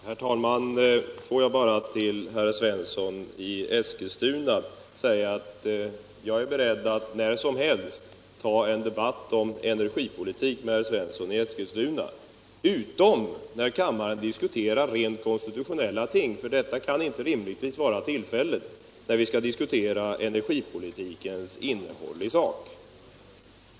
Herr talman! Får jag bara till herr Svensson i Eskilstuna säga att jag är beredd att när som helst ta en debatt om energipolitiken med herr Svensson utom när kammaren diskuterar rent konstitutionella frågor — det kan inte rimligtvis vara rätta tillfället att diskutera energipolitikens innehåll i sak.